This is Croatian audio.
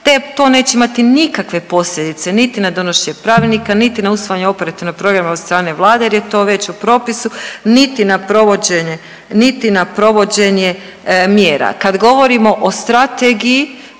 To neće imati nikakve posljedice niti na donošenje pravilnika niti na usvajanje operativnog programa od strane Vlade jer je to već u propisu, niti na provođenje mjera. Kad govorimo o strategiji